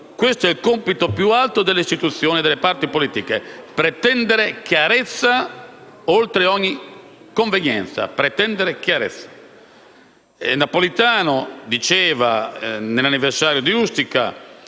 «Questo è il compito più alto delle istituzioni e delle parti politiche, pretendere chiarezza oltre ogni convenienza».